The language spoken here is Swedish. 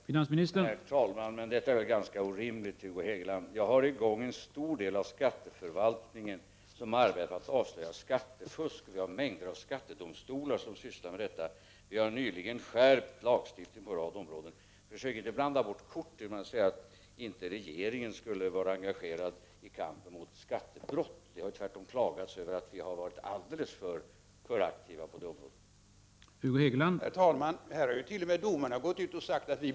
Herr talman! Detta är ganska orimligt, Hugo Hegeland. En stor del av skatteförvaltningen arbetar med att avslöja skattefusk. Vi har mängder av skattedomstolar som arbetar med detta. Vi har nyligen skärpt lagstiftningen på en rad områden. Försök inte blanda bort korten genom att säga att regeringen inte skulle vara engagerad i kampen mot skattebrott. Det har tvärtom klagats över att vi har varit alldeles för aktiva på det området.